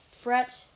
Fret